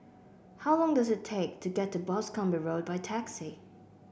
how long does it take to get to Boscombe Road by taxi